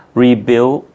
rebuild